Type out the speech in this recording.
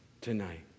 tonight